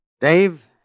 Dave